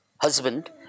husband